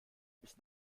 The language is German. bis